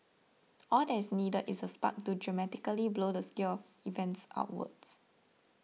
all that is needed is a spark to dramatically blow the scale events outwards